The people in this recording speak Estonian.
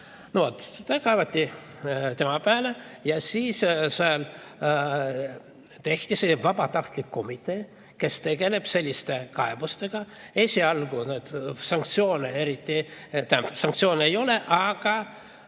No vot, kaevati tema peale ja siis tehti see vabatahtlik komitee, kes tegeleb selliste kaebustega. Esialgu sanktsioone ei ole, aga